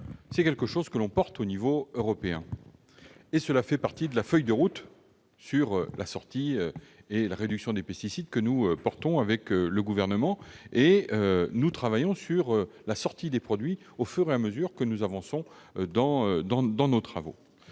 est quelque chose que l'on porte à l'échelon européen, et cela fait partie de la feuille de route sur la sortie et la réduction des pesticides que le Gouvernement soutient. Nous travaillons sur la sortie des produits au fur et à mesure que nous avançons dans nos travaux.